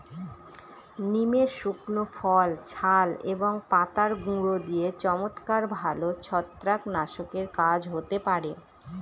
নিমের শুকনো ফল, ছাল এবং পাতার গুঁড়ো দিয়ে চমৎকার ভালো ছত্রাকনাশকের কাজ হতে পারে